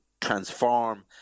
transform